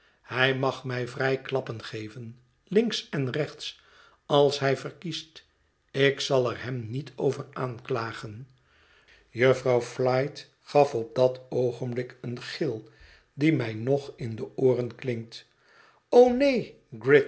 hij mag mij vrij klappen geven links en rechts als hij verkiest ik zal er hem niet over aanklagen jufvrouw flite gaf op dat oogenblik een gil die mij nog in de ooren klinkt o neen